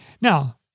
Now